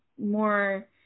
more